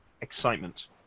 excitement